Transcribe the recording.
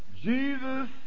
Jesus